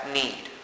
need